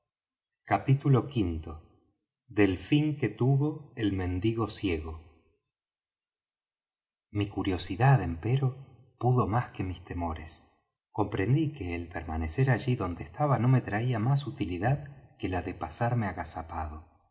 capítulo v del fin que tuvo el mendigo ciego mi curiosidad empero pudo más que mis temores comprendí que el permanecer allí donde estaba no me traía más utilidad que la de pasarme agazapado